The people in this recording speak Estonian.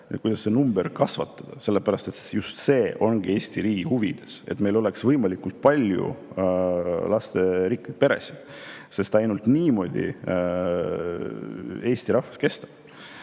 paljulapselised pered, kasvatada. Ometi just see ongi Eesti riigi huvides, et meil oleks võimalikult palju lasterikkaid peresid, sest ainult niimoodi eesti rahvas kestab.